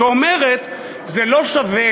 שאומרת: זה לא שווה,